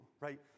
right